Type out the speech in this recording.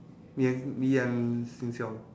me and me and seng-siong